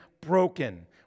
broken